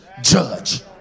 judge